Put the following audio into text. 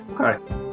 Okay